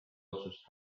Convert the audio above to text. otsust